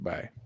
Bye